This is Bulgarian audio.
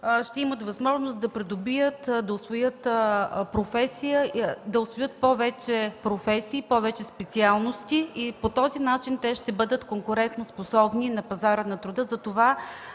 ще имат възможност да придобият, да усвоят повече професии, повече специалности и по този начин те ще бъдат конкурентоспособни на пазара на труда.